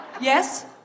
Yes